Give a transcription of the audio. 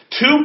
Two